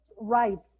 rights